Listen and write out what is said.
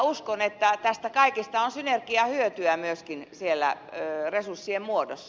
uskon että tästä kaikesta on synergiahyötyä myöskin siellä resurssien muodossa